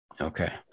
Okay